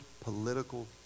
political